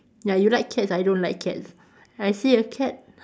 ya you like cats I don't like cats I see a cat